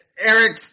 Eric